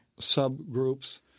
subgroups